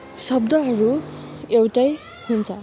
शब्दहरू एउटै हुन्छ